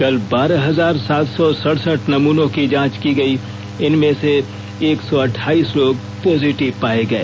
कल बारह हजार सात सौ सड़सठ नमूनों की जांच की गई इनमें एक सौ अठाइस लोग पॉजिटिव पाए गए